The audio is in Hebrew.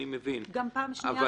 אני מבין -- גם פעם שנייה.